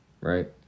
Right